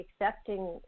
accepting